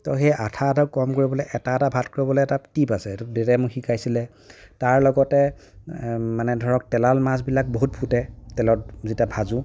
ত' সেই আঠা আঠা কম কৰিবলৈ এটা এটা ভাত কৰিবলৈ এটা টিপ আছে এইটো দেতাই মোক শিকাইছিলে তাৰ লগতে মানে ধৰক তেলাল মাছবিলাক বহুত ফুটে তেলত যেতিয়া ভাজো